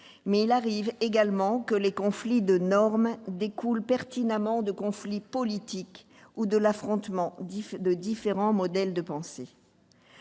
mais il arrive également que les conflits de normes découlent pertinemment de conflits politiques ou de l'affrontement de différents modèles de pensée.